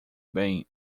bem